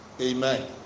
Amen